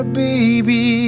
baby